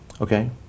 Okay